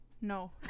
No